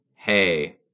hey